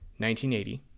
1980